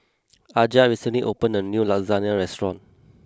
Aja recently opened a new Lasagne restaurant